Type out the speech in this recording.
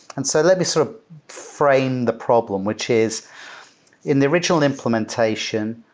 and so let me sort of frame the problem, which is in the original implementation,